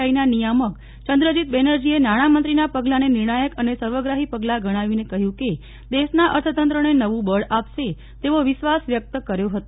આઈના નિયામક ચંદ્રજીત બેનરજીએ બ્નાનામાંન્ત્રીના પગલાને નિર્ણાયક અને સર્વગ્રાહી પગલા ગણાવીને કહ્યું કે દેશના અર્થતંત્રને નવું બળ આપશે તેવો વિશ્વાસ વ્યક્ત કર્યો હતો